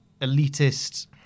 elitist